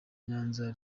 nyanza